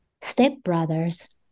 stepbrothers